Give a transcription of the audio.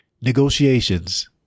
Negotiations